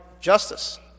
justice